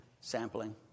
sampling